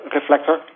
Reflector